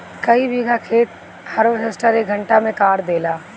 कई बिगहा खेत हार्वेस्टर एके घंटा में काट देला